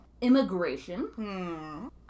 Immigration